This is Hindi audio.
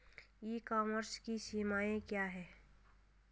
ई कॉमर्स की सीमाएं क्या हैं?